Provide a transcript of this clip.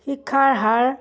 শিক্ষাৰ হাৰ